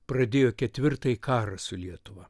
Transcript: pradėjo ketvirtąjį karą su lietuva